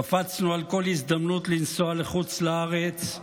קפצנו על כל הזדמנות לנסוע לחוץ לארץ,